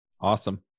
Awesome